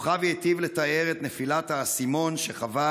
כוכבי היטיב לתאר את נפילת האסימון שחווה